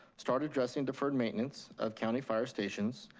start addressing deferred maintenance of county fire stations,